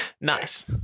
Nice